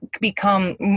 become